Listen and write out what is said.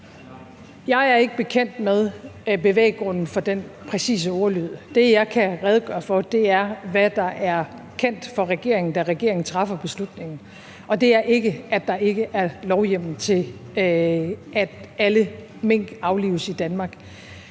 Jeg er ikke bekendt med bevæggrunden for den præcise ordlyd. Det, jeg kan redegøre for, er, hvad der er kendt for regeringen, da regeringen træffer beslutningen. Og det er ikke, at der ikke er lovhjemmel til, at alle mink i Danmark